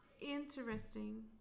Interesting